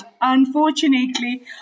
Unfortunately